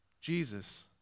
jesus